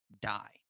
Die